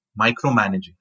micromanaging